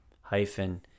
hyphen